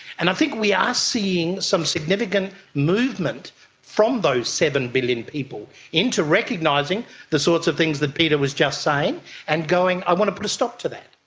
and i think we are seeing some significant movement from those seven billion people into recognising the sorts of things that peter was just saying and saying, i want to put a stop to that.